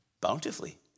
Bountifully